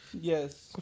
Yes